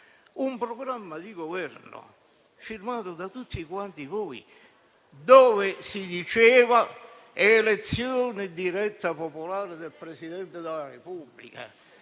un programma di governo, firmato da tutti quanti voi, in cui si proponeva l'elezione diretta e popolare del Presidente della Repubblica.